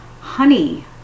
honey